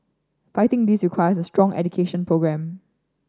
fighting this requires strong education programme